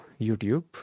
YouTube